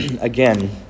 again